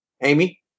Amy